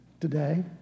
Today